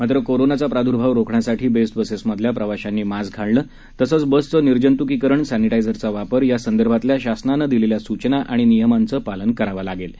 मात्र कोरोनाचा प्रादुर्भाव रोखण्यासाठी बेस्ट बसेसमधल्या प्रवाशांनी मास्क घालणं तसंच बसेसचं निर्जंतुकीकरण सॅनिटायझरचा वापर या संदर्भातल्या शासनानं दिलेल्या सूचना आणि नियमांचं पालन करावं लागणार आहे